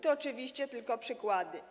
To oczywiście tylko przykłady.